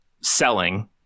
selling